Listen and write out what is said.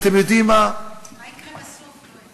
מה יקרה בסוף, יואל?